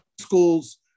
schools